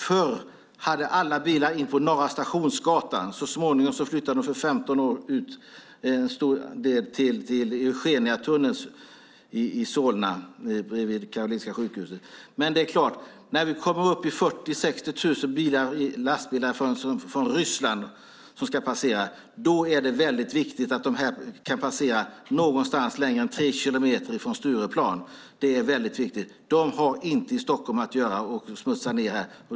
Förut hade vi alla bilar in på Norra Stationsgatan. För 15 år sedan flyttade en stor del ut till Eugeniatunneln i Solna bredvid Karolinska sjukhuset. Men när det blir 40 000-60 000 lastbilar från Ryssland som ska passera är det viktigt att de kan passera någonstans längre än tre kilometer från Stureplan. Det är viktigt. De har inte i Stockholm att göra och smutsa ned här.